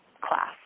class